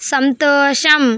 సంతోషం